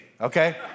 okay